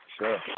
Sure